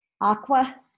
aqua